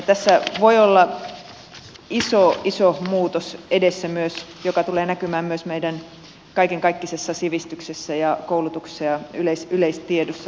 tässä voi olla iso iso muutos edessä joka tulee näkymään myös meidän kaikenkaikkisessa sivistyksessämme koulutuksessamme ja yleistiedossamme myöhemmin